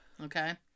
Okay